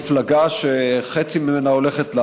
מפלגה שחצי ממנה הולכת,